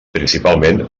principalment